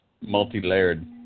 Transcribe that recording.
Multi-layered